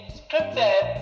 scripted